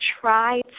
try